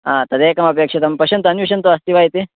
अ तदेकमपेक्षितं पश्यन्तु अन्विष्यन्तु अस्ति वा इति